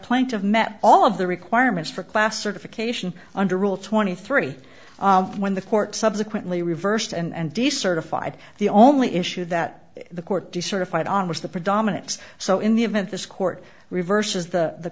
plenty of met all of the requirements for class certification under rule twenty three when the court subsequently reversed and decertified the only issue that the court decertified on was the predominance so in the event this court reverses the